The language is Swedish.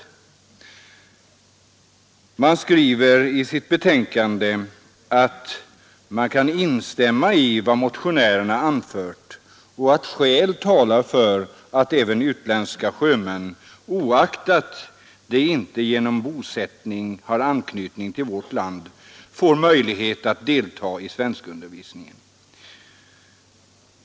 Utskottsmajoriteten skriver i sitt betänkande att den kan instämma i vad motionärerna anfört och att skäl talar för att även utländska sjömän, oaktat de inte genom bosättning har anknytning till vårt land, får möjlighet att delta i svenskundervisning.